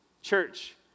Church